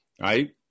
right